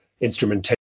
instrumentation